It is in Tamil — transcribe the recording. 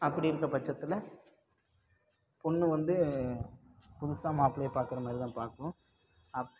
அப்படி இருக்கற பட்சத்தில் பொண்ணு வந்து புதுசாக மாப்பிளையை பார்க்கற மாதிரிதான் பார்க்கும் அப்